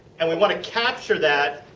and we want to capture that,